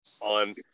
on